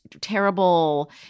terrible